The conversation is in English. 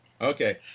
Okay